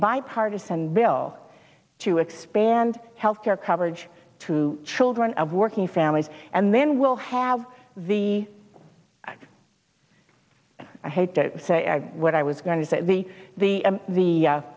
bipartisan bill to expand health care coverage to children of working families and then we'll have the i hate to say what i was going to say the the the